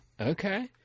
Okay